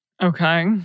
Okay